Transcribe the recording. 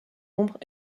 ombres